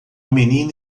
menina